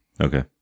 Okay